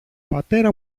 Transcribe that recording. πατέρα